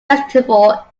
festival